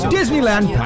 Disneyland